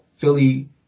Philly